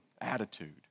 attitude